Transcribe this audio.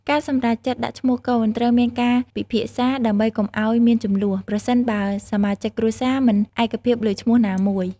ការសម្រេចចិត្តដាក់ឈ្មោះកូនត្រូវមានការពិភាក្សា ដើម្បីកុំអោយមានជម្លោះ ប្រសិនបើសមាជិកគ្រួសារមិនឯកភាពលើឈ្មោះណាមួយ។